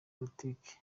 politike